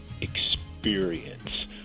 experience